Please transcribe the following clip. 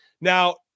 Now